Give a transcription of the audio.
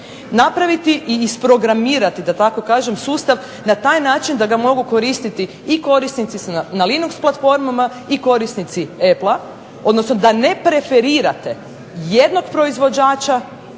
napraviti i isprogramirati da tako kažem sustav na taj način da ga mogu koristiti i korisnici na Linux platformama i korisnici Apple-a odnosno da ne preferirate jednog proizvođača